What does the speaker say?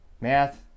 math